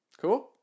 cool